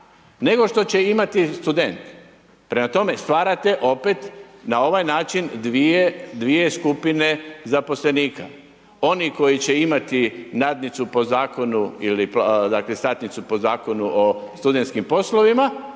nego što će imati student. Prema tome, stvarate opet, na ovaj način dvije skupine zaposlenika. Oni koji će imati nadnicu po zakonu ili, dakle satnicu po zakonu o studentskim poslovima